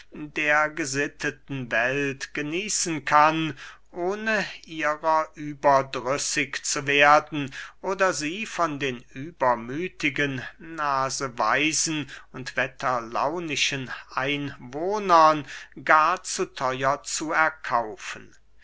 der gesitteten welt genießen kann ohne ihrer überdrüssig zu werden oder sie von den übermüthigen naseweisen und wetterlaunischen einwohnern gar zu theuer zu erkaufen